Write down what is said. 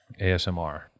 ASMR